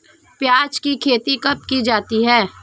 प्याज़ की खेती कब की जाती है?